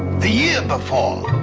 the year before!